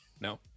no